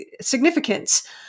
significance